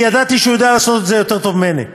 כי ידעתי שהוא יודע לעשות את זה יותר טוב ממני.